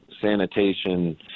sanitation